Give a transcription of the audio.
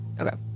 okay